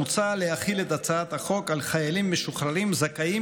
מוצע להחיל את הצעת החוק על חיילים משוחררים זכאים